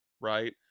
right